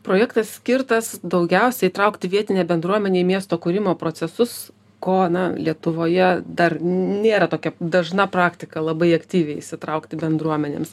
projektas skirtas daugiausia įtraukti vietinę bendruomenę į miesto kūrimo procesus ko na lietuvoje dar nėra tokia dažna praktika labai aktyviai įsitraukti bendruomenėms